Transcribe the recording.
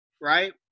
right